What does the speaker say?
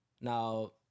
Now